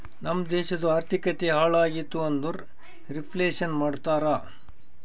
ನಮ್ ದೇಶದು ಆರ್ಥಿಕತೆ ಹಾಳ್ ಆಗಿತು ಅಂದುರ್ ರಿಫ್ಲೇಷನ್ ಮಾಡ್ತಾರ